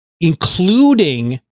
including